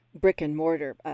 brick-and-mortar